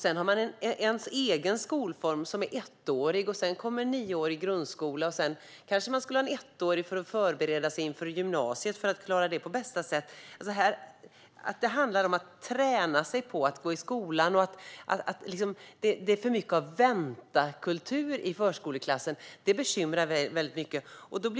Sedan har man en egen skolform som är ettårig. Sedan kommer nioårig grundskola. Sedan kanske man ska ha en ettårig skolform som förberedelse för att eleverna ska klara gymnasiet på bästa sätt. Det handlar om att träna sig på att gå i skolan. Det är för mycket av väntakultur i förskoleklassen. Det bekymrar mig mycket.